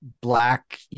black